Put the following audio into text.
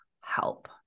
help